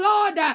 Lord